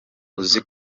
uzi